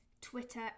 Twitter